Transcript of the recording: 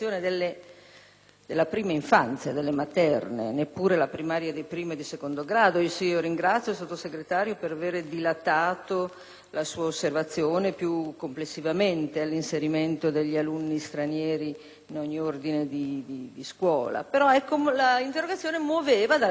della prima infanzia e materna (neppure di quella primaria di primo e secondo grado). Ringrazio pertanto il Sottosegretario per aver dilatato la sua osservazione più complessivamente all'inserimento degli alunni stranieri in ogni ordine di scuola, però l'interrogazione muoveva dalla richiesta